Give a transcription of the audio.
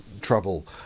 trouble